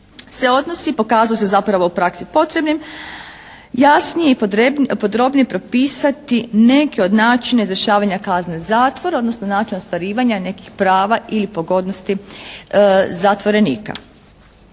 se odnosi, pokazalo se zapravo u praksi potrebnim, jasnije i podrobnije propisati neke od načina rješavanja kazne zatvora odnosno načina ostvarivanja nekih prava ili pogodnosti zatvorenika.